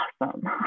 awesome